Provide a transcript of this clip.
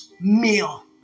meal